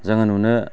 जोङो नुनो